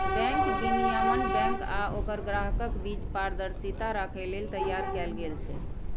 bank विनियमन bank आ ओकर ग्राहकक बीच पारदर्शिता राखै लेल तैयार कैल गेल छै